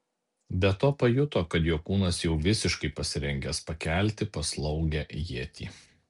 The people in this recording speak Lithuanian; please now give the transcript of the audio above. be to pajuto kad jo kūnas jau visiškai pasirengęs pakelti paslaugią ietį